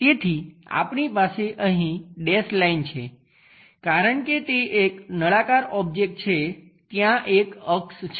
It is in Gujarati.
તેથી આપણી પાસે અહીં ડેશ લાઈન છે કારણ કે તે એક નળાકાર ઓબ્જેક્ટ છે ત્યાં એક અક્ષ છે